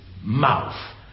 mouth